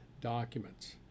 documents